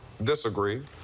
disagree